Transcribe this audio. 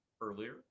earlier